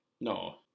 No